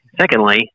Secondly